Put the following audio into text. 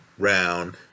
round